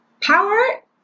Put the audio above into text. Power